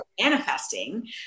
manifesting